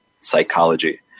psychology